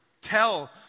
Tell